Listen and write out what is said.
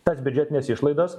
tas biudžetines išlaidas